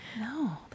no